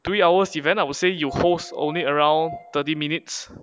three hours event I would say you host only around thirty minutes